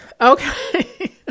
okay